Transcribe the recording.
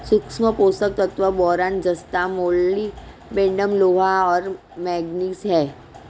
सूक्ष्म पोषक तत्व बोरान जस्ता मोलिब्डेनम लोहा और मैंगनीज हैं